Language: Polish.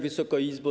Wysoka Izbo!